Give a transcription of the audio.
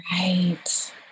right